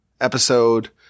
episode